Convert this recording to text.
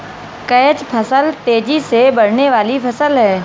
catch फसल तेजी से बढ़ने वाली फसल है